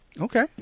Okay